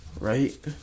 Right